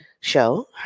show